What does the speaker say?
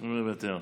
מוותר.